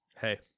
hey